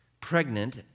pregnant